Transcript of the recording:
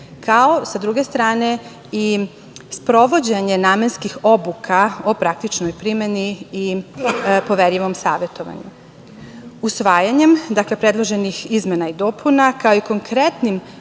kao i sprovođenje namenskih obuka o praktičnoj primeni i poverljivom savetovanju. Usvajanjem predloženih izmena i dopuna, kao i konkretnim